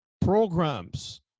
programs